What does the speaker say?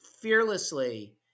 fearlessly